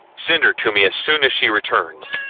send her to me as soon as she returns,